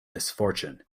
misfortune